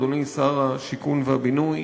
אדוני שר השיכון והבינוי,